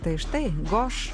tai štai goš